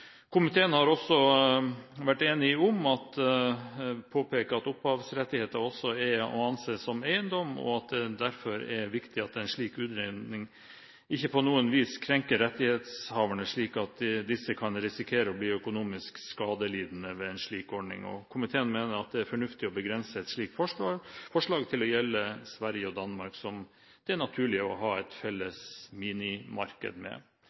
Komiteen har også vært enig om å påpeke at opphavsrettigheter også er å anse som eiendom, og at det derfor er viktig at en slik utredning ikke på noe vis krenker rettighetshaverne, slik at disse kan risikere å bli økonomisk skadelidende ved en slik ordning. Komiteen mener at det er fornuftig å begrense et slikt forslag til å gjelde Sverige og Danmark, som det er naturlig å ha et felles mediemarked med.